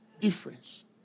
difference